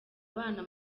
abana